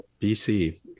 BC